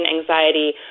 anxiety